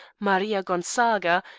maria gonzaga,